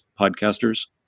podcasters